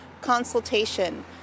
consultation